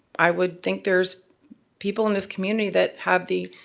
i would think there's people in this community that have the,